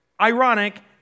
Ironic